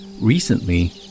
Recently